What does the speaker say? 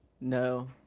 No